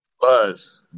Buzz